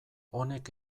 honek